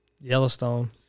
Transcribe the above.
Yellowstone